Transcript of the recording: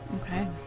Okay